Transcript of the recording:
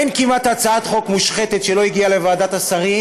אין כמעט הצעת חוק מושחתת שהגיעה לוועדת השרים